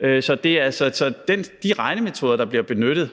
Så de regnemetoder, der bliver benyttet